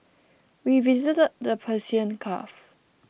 we visited the Persian Gulf